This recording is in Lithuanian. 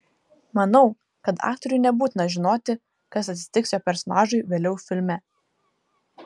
manau kad aktoriui nebūtina žinoti kas atsitiks jo personažui vėliau filme